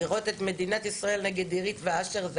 לראות את מדינת ישראל נגד אירית ואשר,